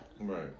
Right